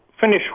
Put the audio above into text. finish